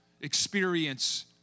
experience